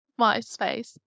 MySpace